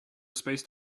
spaced